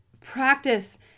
practice